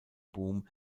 boom